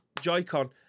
Joy-Con